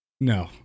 no